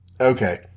Okay